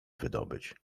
wydobyć